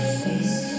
face